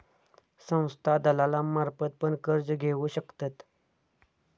संस्था दलालांमार्फत पण कर्ज घेऊ शकतत